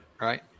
right